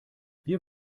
wir